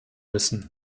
müssen